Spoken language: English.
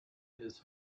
his